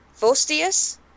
Vostius